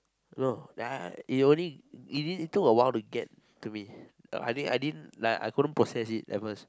no then I it only it did took a while to get to me I think I didn't like I couldn't process it at first